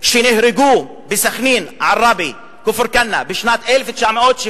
שנהרגו בסח'נין, עראבה, כפר-כנא, בשנת 1976,